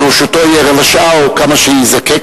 לרשותו תהיה רבע שעה או כמה שיזדקק.